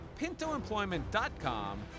PintoEmployment.com